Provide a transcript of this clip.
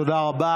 תודה רבה.